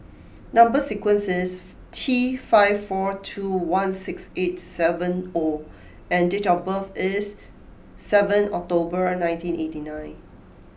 number sequence is T five four two one six eight seven O and date of birth is seventh October and nineteen eighty nine